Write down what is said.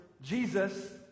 Jesus